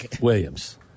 Williams